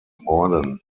morden